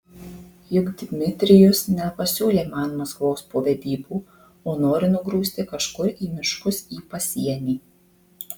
juk dmitrijus nepasiūlė man maskvos po vedybų o nori nugrūsti kažkur į miškus į pasienį